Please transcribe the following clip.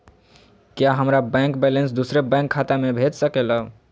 क्या हमारा bank balance दूसरे बैंक खाता में भेज सके ला?